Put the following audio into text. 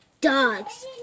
Dogs